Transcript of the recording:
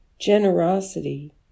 generosity